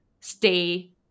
stay